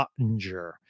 Ottinger